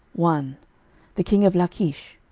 one the king of lachish,